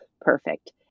perfect